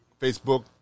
Facebook